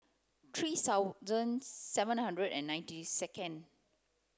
three thousand seven hundred and ninety second